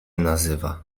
nazywa